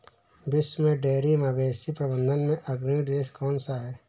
विश्व में डेयरी मवेशी प्रबंधन में अग्रणी देश कौन सा है?